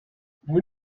vous